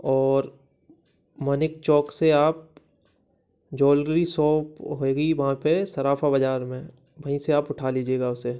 और मानिक चौक से आप ज्वेलरी शॉप होगी वहाँ पर सर्राफा बाजार में वहीं से आप उठा लीजिएगा उसे